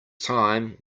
time